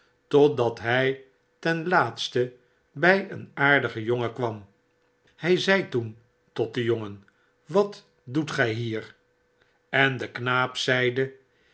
totdat hij ten laatste by een aardigen jongen kwam hy zei toen tot den jongen wat doet gy hier en de knaap zeide